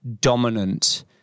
dominant